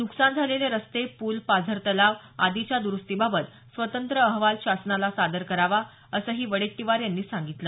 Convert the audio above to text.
नुकसान झालेले रस्ते पूल पाझर तलाव आदीच्या दुरुस्तीबाबत स्वतंत्र अहवाल शासनाला सादर करावा असंही वडेट्टीवार यांनी सांगितलं